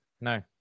No